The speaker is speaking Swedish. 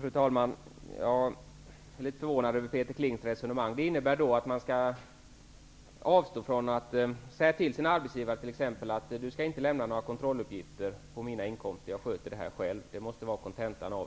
Fru talman! Jag är litet förvånad över Peter Klings resonemang. Det innebär att man skulle säga till sin arbetsgivare t.ex. att denne inte skall lämna några kontrolluppgifter om ens inkomster, för det sköter man själv. Det måste vara kontentan.